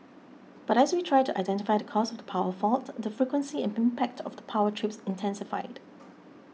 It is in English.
but as we tried to identify the cause of the power fault the frequency and impact of power trips intensified